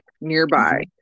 nearby